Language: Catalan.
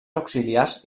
auxiliars